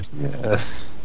Yes